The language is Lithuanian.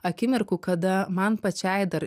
akimirkų kada man pačiai dar